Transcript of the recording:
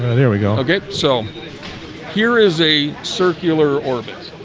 there we go ok so here is a circular orbit.